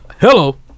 Hello